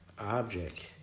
object